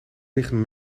liggen